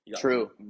True